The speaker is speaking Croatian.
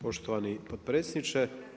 Poštovani potpredsjedniče.